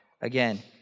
again